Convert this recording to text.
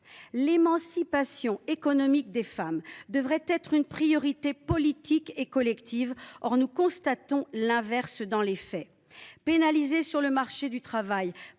L’émancipation économique des femmes devrait être une priorité politique et collective. Or nous constatons l’inverse dans les faits : pénalisées sur le marché du travail